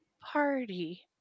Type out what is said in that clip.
party